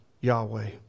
Yahweh